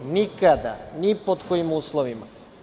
Nikada, ni pod kojim uslovima.